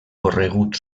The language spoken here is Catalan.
corregut